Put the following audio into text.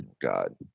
God